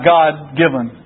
God-given